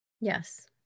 Yes